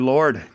Lord